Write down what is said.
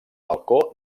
balcó